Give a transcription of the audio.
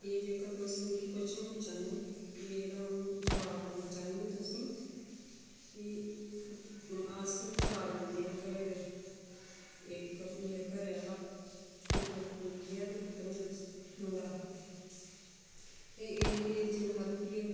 एह् जेह्का तुस मिगी कोच्शन पुच्छा न मेरा अ'ऊं जवाब देना चाह्न्नी आं तुसेंगी कि अस चार बंदे आं घरै दे इक मेरा घरै आह्ला इक मेरी कुड़ी ऐ ते इक मुड़ा ते एह् एह् जिन्नी हारी रुट्टी